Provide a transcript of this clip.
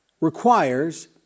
requires